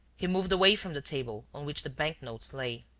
he moved away from the table on which the bank-notes lay.